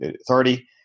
authority